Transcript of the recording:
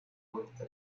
vuelta